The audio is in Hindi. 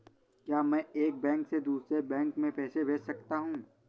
क्या मैं एक बैंक से दूसरे बैंक में पैसे भेज सकता हूँ?